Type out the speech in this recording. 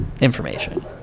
information